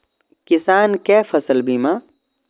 किसान कै फसल बीमा?